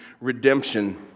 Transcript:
redemption